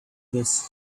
this